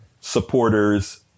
supporters